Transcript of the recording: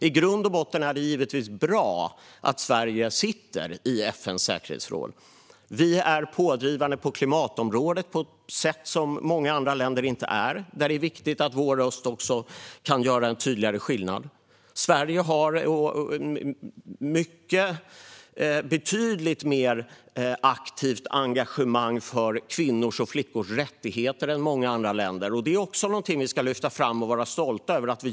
I grund och botten är det givetvis bra att Sverige sitter i FN:s säkerhetsråd. Vi är pådrivande på klimatområdet på ett sätt som många andra länder inte är, och det är viktigt att vår röst kan göra en tydlig skillnad. Sverige har ett betydligt mer aktivt engagemang för kvinnors och flickors rättigheter än många andra länder, och det är också ett arbete som vi ska lyfta fram och vara stolta över.